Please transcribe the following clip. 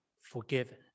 forgiven